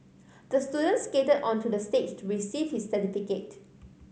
the student skated onto the stage to receive his certificate